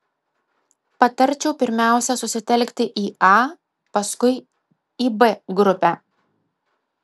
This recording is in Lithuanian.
patarčiau pirmiausia susitelkti į a paskui į b grupę